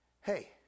Hey